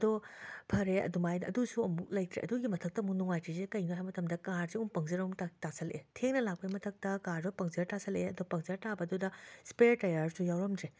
ꯑꯗꯣ ꯐꯔꯦ ꯑꯗꯨꯃꯥꯏꯅ ꯑꯗꯨꯁꯨ ꯑꯃꯨꯛ ꯂꯩꯇ꯭ꯔꯦ ꯑꯗꯨꯒꯤ ꯃꯊꯛꯇ ꯑꯃꯨꯛ ꯅꯨꯡꯉꯥꯏꯇ꯭ꯔꯤꯖꯦ ꯀꯩꯅꯣ ꯍꯥꯏ ꯃꯇꯝꯗ ꯀꯥꯔꯁꯨ ꯑꯃꯨꯛ ꯄꯪꯆꯔ ꯑꯃꯨꯛ ꯇꯥ ꯇꯥꯁꯜꯂꯛꯑꯦ ꯊꯦꯡꯅ ꯂꯥꯛꯄꯩ ꯃꯊꯛꯇ ꯀꯥꯔꯖꯨ ꯄꯪꯆꯔ ꯇꯥꯁꯜꯂꯛꯑꯦ ꯑꯗꯣ ꯄꯪꯆꯔ ꯇꯥꯕꯗꯨꯗ ꯁ꯭ꯄꯦꯌꯔ ꯇꯥꯌꯥꯔꯖꯨ ꯌꯥꯎꯔꯝꯗ꯭ꯔꯦ